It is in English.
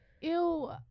Ew